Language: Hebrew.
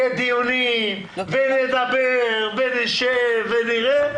יהיו דיונים ונדבר ונשב ונראה,